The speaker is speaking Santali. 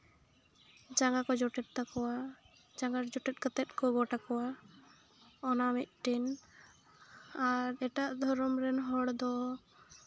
ᱡᱟᱸᱜᱟ ᱠᱚ ᱡᱚᱴᱮᱛ ᱛᱟᱠᱚᱣᱟ ᱡᱟᱸᱜᱟ ᱡᱚᱴᱮᱛ ᱠᱟᱛᱮ ᱠᱚ ᱜᱚᱰ ᱟᱠᱚᱣᱟ ᱚᱱᱟ ᱢᱤᱫᱴᱤᱱ ᱟᱨ ᱮᱴᱟᱜ ᱫᱷᱚᱨᱚᱢ ᱨᱮᱱ ᱦᱚᱲ ᱫᱚ